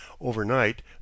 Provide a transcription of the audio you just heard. Overnight